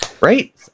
Right